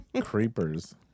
Creepers